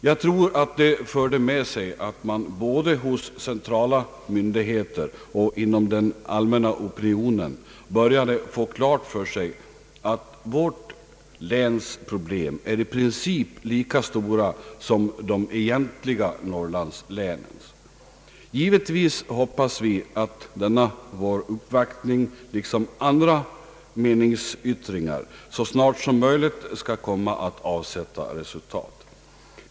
Jag tror att det förde med sig att man både hos centrala myndigheter och inom den allmänna opinionen började få klart för sig att vårt läns problem i princip är lika stora som de egentliga Norrlandslänens. Givetvis hoppas vi att denna vår uppvaktning, liksom andra meningsyttringar, så snart som möjligt skall komma att avsätta resultat.